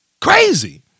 Crazy